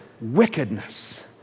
wickedness